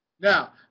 Now